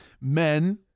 men